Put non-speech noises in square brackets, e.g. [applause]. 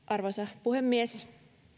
[unintelligible] arvoisa puhemies